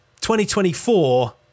2024